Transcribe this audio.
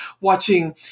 watching